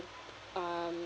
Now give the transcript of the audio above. um